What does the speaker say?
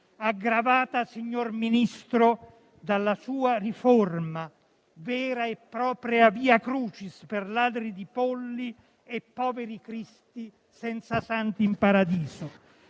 aggravata, signor Ministro, dalla sua riforma, vera e propria *via crucis* per ladri di polli e poveri cristi senza santi in paradiso.